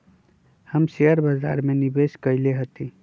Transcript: हम शेयर बाजार में निवेश कएले हती